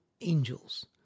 Angels